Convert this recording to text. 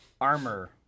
armor